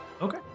Okay